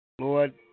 Lord